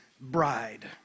bride